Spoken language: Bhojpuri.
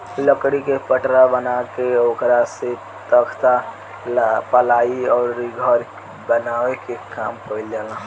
लकड़ी के पटरा बना के ओकरा से तख्ता, पालाइ अउरी घर बनावे के काम कईल जाला